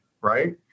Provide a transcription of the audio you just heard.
right